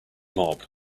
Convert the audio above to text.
mob